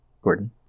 Gordon